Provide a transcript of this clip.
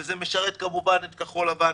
וזה משרת כמובן את כחול לבן,